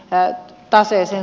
sama asia